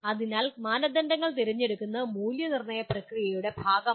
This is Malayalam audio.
അതിനാൽ മാനദണ്ഡങ്ങൾ തിരഞ്ഞെടുക്കുന്നത് മൂല്യനിർണ്ണയ പ്രക്രിയയുടെ ഭാഗമാണ്